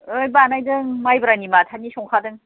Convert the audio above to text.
ओइ बानायदों माइब्रानि माथानि संखादों